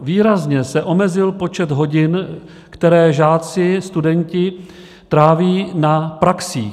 Výrazně se omezil počet hodin, které žáci, studenti tráví na praxích.